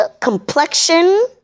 complexion